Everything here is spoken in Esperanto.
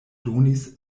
donis